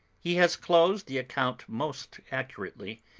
he has closed the account most accurately,